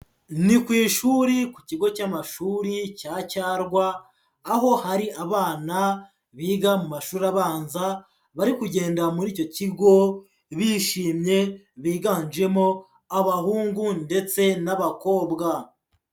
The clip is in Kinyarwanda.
Ni ku ishuri ku Kigo cy'amashuri cya Cyarwa, aho hari abana biga mu mashuri abanza bari kugenda muri icyo kigo bishimye biganjemo abahungu ndetse n'abakobwa.